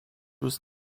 was